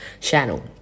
channel